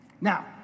Now